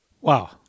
Wow